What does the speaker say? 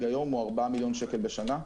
היום הוא ארבעה מיליון שקלים בשנה.